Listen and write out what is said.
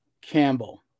Campbell